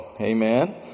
amen